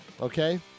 Okay